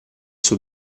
suo